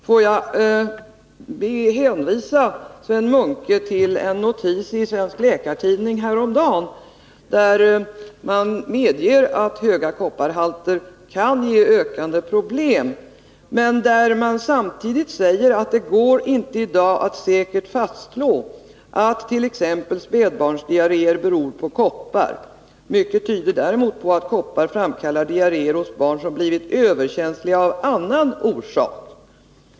Får jag hänvisa Sven Munke till en notis i Läkartidningen häromdagen, där man medeger att höga kopparhalter kan ge ökande problem, men där man samtidigt säger att det inte i dag går att säkert fastslå, att t.ex. spädbarnsdiarréer beror på koppar. Mycket tyder på att koppar endast framkallar diarréer hos barn som blivit överkänsliga av annan orsak.